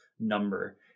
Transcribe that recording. Number